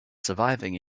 surviving